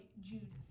Jude